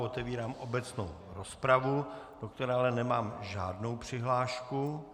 Otevírám obecnou rozpravu, do které ale nemám žádnou přihlášku.